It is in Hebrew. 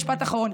משפט אחרון,